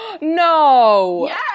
no